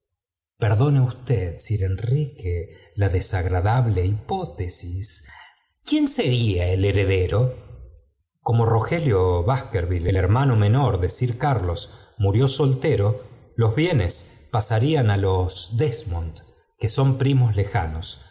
perdone qfited sir enrique la desagradable hipótesis quién sería el heredero como rogelio baskerville el hermano menor de sir carlos murió soltero los bienes pasarían á los desmopd que son primos lejanos